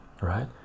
right